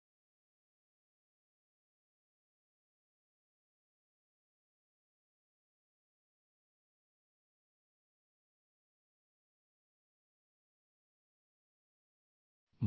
square right तर हा Q प्रायिंग क्रियेमुळे अतिरिक्त फोर्स आहे आणि lv हे अंतर आहे